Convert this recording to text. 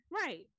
Right